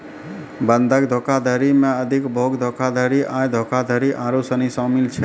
बंधक धोखाधड़ी मे अधिभोग धोखाधड़ी, आय धोखाधड़ी आरु सनी शामिल छै